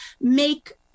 make